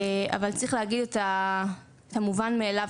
אבל צריך להגיד את המובן מאליו.